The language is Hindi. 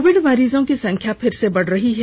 कोविड मरीजों की संख्या फिर से बढ़ रही है